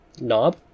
knob